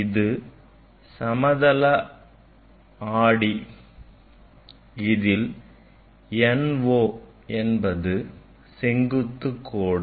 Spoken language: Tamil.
இது சமதள ஆடி இதில் NO செங்குத்து கொடு